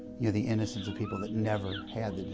you know the innocent people that never